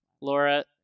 Laura